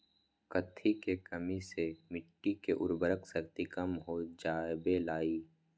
कथी के कमी से मिट्टी के उर्वरक शक्ति कम हो जावेलाई?